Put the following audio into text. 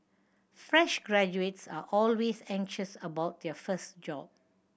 fresh graduates are always anxious about their first job